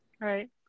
Right